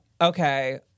Okay